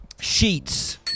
Sheets